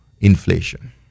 inflation